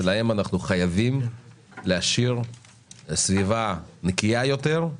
שלהם אנחנו חייבים להשאיר סביבה נקייה יותר,